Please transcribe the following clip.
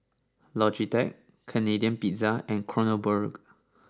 Logitech Canadian Pizza and Kronenbourg